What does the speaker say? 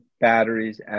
batteries